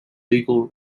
legal